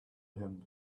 him